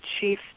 chief